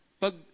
Pag